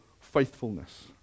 faithfulness